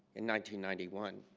and ninety ninety one